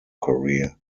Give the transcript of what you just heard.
career